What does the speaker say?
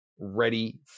ready